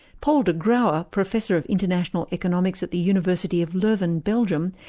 paul de grauwe, ah professor of international economics at the university of leuven, belgium,